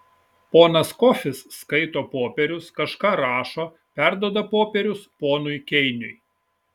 ponas kofis skaito popierius kažką rašo perduoda popierius ponui keiniui